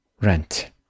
rent